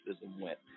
went